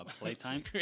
playtime